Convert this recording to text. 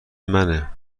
منه